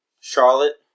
Charlotte